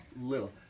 little